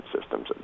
systems